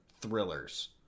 thrillers